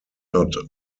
not